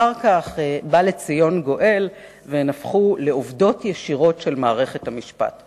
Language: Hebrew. אחר כך בא לציון גואל והן הפכו לעובדות ישירות של מערכת המשפט.